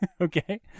Okay